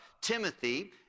Timothy